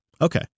Okay